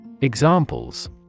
Examples